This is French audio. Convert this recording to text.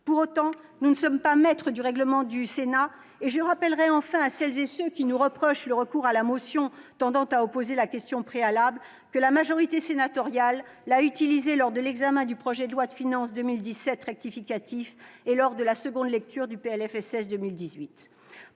mais nous ne sommes pas maîtres du règlement du Sénat. Je rappellerai enfin à celles et ceux qui nous reprochent de recourir à la motion tendant à opposer la question préalable que la majorité sénatoriale l'a utilisée lors de l'examen du projet de loi de finances rectificative pour 2017 et lors de la seconde lecture du PLFSS pour